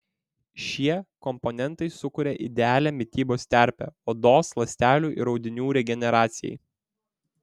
šie komponentai sukuria idealią mitybos terpę odos ląstelių ir audinių regeneracijai